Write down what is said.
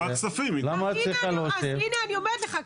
אז הנה אני אומרת לך,